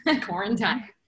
quarantine